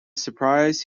surprise